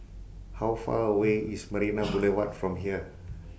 How Far away IS Marina Boulevard from here